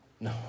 No